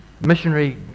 Missionary